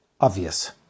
obvious